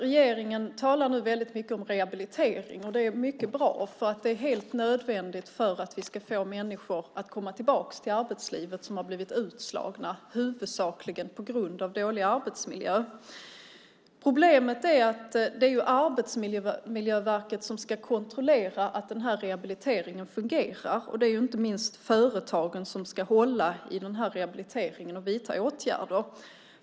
Regeringen talar nu väldigt mycket om rehabilitering. Det är mycket bra, för det är helt nödvändigt för att vi ska få människor som har blivit utslagna, huvudsakligen på grund av dålig arbetsmiljö, tillbaka till arbete. Problemet är att det är Arbetsmiljöverket som ska kontrollera att den här rehabiliteringen fungerar. Det är ju inte minst företagen som ska hålla i rehabiliteringen och vidta åtgärder.